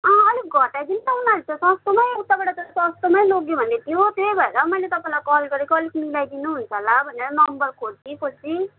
अँ अलिक घटाइदिनु न उनीहरूले त सस्तोमै उताबाट त सस्तोमै लोग्यो भन्दैथ्यो त्यही भएर मैले तपाईँलाई कल गरेको अलिक मिलाइदिनुहुन्छ होला भनेर नम्बर खोजी खोजी